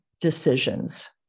decisions